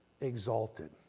exalted